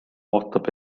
ootab